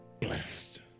blessed